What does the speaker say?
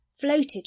floated